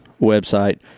website